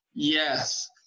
Yes